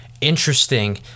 Interesting